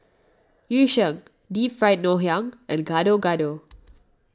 Yu Sheng Deep Fried Ngoh Hiang and Gado Gado